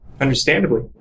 Understandably